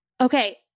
Okay